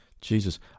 Jesus